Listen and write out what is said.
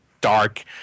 dark